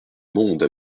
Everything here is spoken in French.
monde